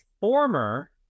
former